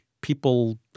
people